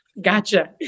Gotcha